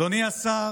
אדוני השר,